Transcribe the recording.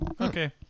Okay